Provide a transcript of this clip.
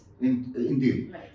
Indeed